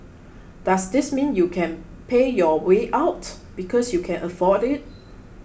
does this mean you can pay your way out because you can afford it